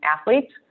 athletes